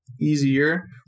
easier